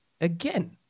again